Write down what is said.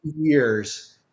years